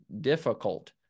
difficult